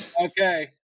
Okay